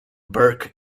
burke